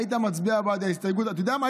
היית מצביע בעד ההסתייגות אתה יודע מה,